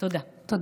תודה.